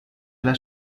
alla